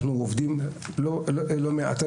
אנחנו עובדים על זה לא מעט.